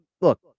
Look